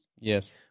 Yes